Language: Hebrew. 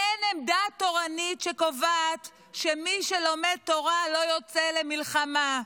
אין עמדה תורנית שקובעת שמי שלומד תורה לא יוצא למלחמה.